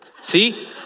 See